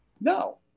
No